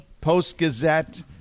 Post-Gazette